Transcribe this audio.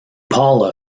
paula